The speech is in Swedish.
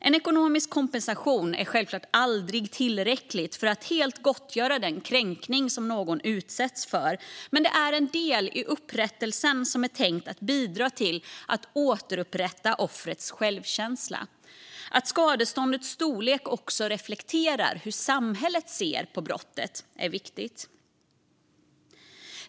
En ekonomisk kompensation är självklart aldrig tillräcklig för att helt gottgöra den kränkning någon utsatts för, men det är en del i upprättelsen som är tänkt att bidra till att återupprätta offrets självkänsla. Att skadeståndets storlek också reflekterar hur samhället ser på brottet är viktigt.